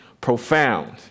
profound